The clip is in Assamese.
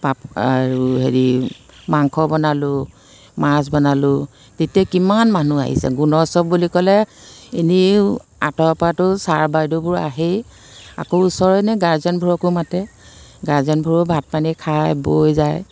পাপ আৰু হেৰি মাংস বনালোঁ মাছ বনালোঁ তেতিয়া কিমান মানুহ আহিছে গুণোৎসৱ বুলি ক'লে এনেও আঁতৰৰ পৰাতো চাৰ বাইদেউবোৰ আহেই আকৌ ওচৰৰ এনেই গাৰ্জেনবোৰকো মাতে গাৰ্জেনবোৰো ভাত পানী খাই বৈ যায়